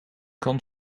kan